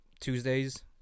Tuesdays